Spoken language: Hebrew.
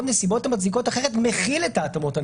נסיבות המצדיקות אחרת" מכיל את ההתאמות הנדרשות.